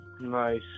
Nice